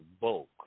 bulk